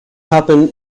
happen